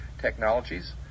technologies